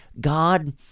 God